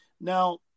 Now